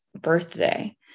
birthday